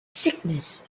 sickness